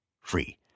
free